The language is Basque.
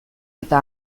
eta